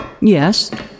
Yes